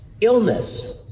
illness